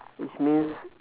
which means